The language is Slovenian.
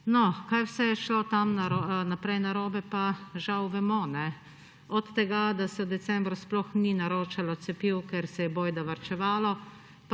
No, kaj vse je šlo tam naprej narobe, pa žal vemo. Od tega, da se decembra sploh ni naročalo cepiv, ker se je bojda varčevalo,